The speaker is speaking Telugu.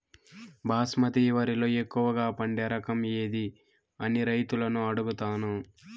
బాస్మతి వరిలో ఎక్కువగా పండే రకం ఏది అని రైతులను అడుగుతాను?